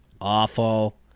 Awful